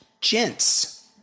Gents